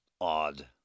odd